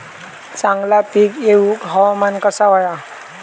चांगला पीक येऊक हवामान कसा होया?